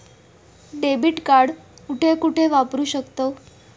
Debit card कुठे कुठे वापरू शकतव?